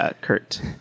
Kurt